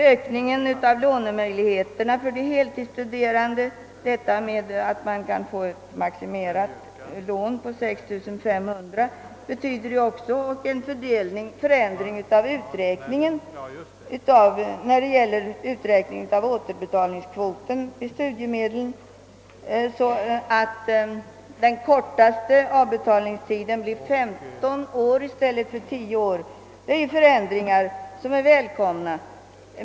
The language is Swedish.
Ökningen av lånemöjligheterna för de heltidsstuderande, detta att man kan få ett maximilån på 6 500 kronor, betyder ju också en förändring till det bättre, likaså reglerna för uträkningen av återbetalningskvoten då det gäller studiemedel. Den kortaste avbetalningstiden blir 15 år i stället för tio, och detta är ju välkomna förändringar.